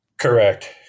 Correct